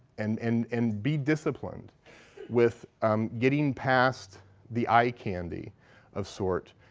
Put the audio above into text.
and and and be disciplined with um getting past the eye candy of sort.